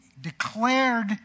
declared